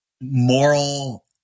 moral